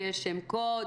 יש שם קוד.